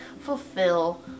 fulfill